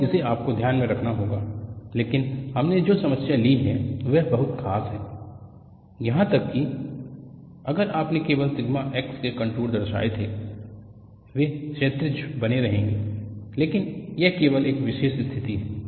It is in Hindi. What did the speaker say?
तो इसे आपको ध्यान में रखना होगा लेकिन हमने जो समस्या ली है वह बहुत खास है यहां तक कि अगर आपने केवल सिग्मा x के कंटूर दर्शाए थे वे क्षैतिज बने रहेंगे लेकिन यह केवल एक विशेष स्थिति है